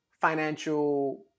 financial